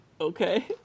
Okay